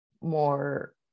more